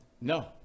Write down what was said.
no